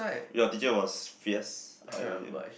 your teacher was fierce I am